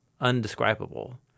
undescribable